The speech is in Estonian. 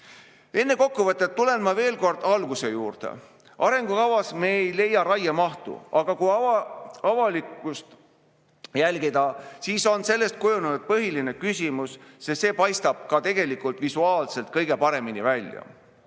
Enne kokkuvõtet tulen veel kord alguse juurde. Arengukavas me ei leia raiemahtu, aga kui avalikkust jälgida, siis on sellest kujunenud põhiline küsimus, sest see paistab visuaalselt kõige paremini välja.